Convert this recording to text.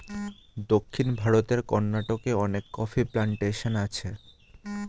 দক্ষিণ ভারতের কর্ণাটকে অনেক কফি প্ল্যান্টেশন আছে